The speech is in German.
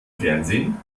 fernsehen